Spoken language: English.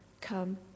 Come